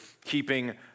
keeping